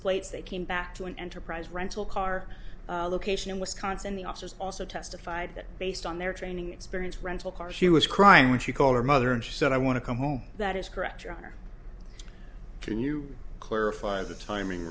plates they came back to an enterprise rental car location in wisconsin the officers also testified that based on their training experience rental car she was crying when she called her mother and said i want to come home that is correct your honor can you clarify the tim